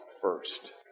first